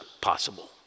possible